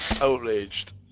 outraged